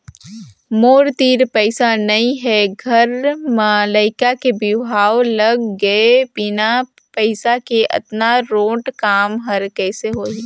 मोर तीर पइसा नइ हे घर म लइका के बिहाव लग गे हे बिना पइसा के अतना रोंट काम हर कइसे होही